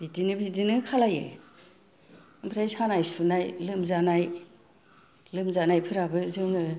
बिदिनो खालायो ओमफ्राय सानाय सुनाय लोमजानाय लोमजानायफोराबो जोङो